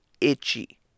itchy